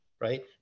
right